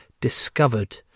discovered